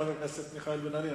חבר הכנסת מיכאל בן-ארי,